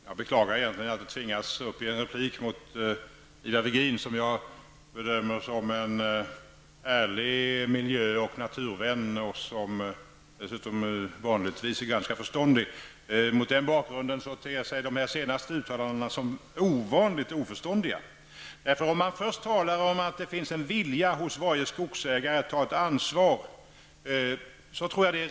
Fru talman! Jag beklagar egentligen att jag tvingas begära replik på Ivar Virgin, som jag bedömer som en ärlig miljö och naturvän och som dessutom vanligtvis är ganska förståndig. Mot den bakgrunden ter sig de senaste uttalandena som ovanligt oförståndiga. Ivar Virgin talar först om att det hos varje skogsägare finns en vilja att ta ett ansvar, och det tror jag stämmer.